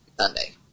Sunday